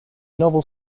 novel